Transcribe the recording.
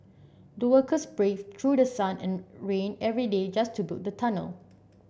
the workers braved through the sun and rain every day just to build the tunnel